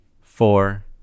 four